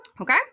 Okay